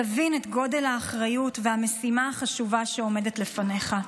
תבין את גודל האחריות והמשימה החשובה שעומדת לפניך,